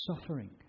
suffering